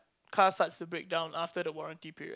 cars start to break down after the warranty period